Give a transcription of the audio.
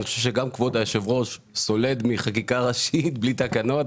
אני חושב שגם כבוד היושב-ראש סולד מחקיקה ראשית בלי תקנות,